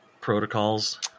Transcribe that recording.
protocols